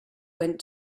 went